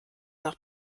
nach